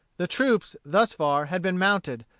the troops, thus far, had been mounted,